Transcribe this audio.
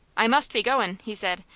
i must be goin', he said.